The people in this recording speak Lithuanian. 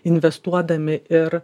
investuodami ir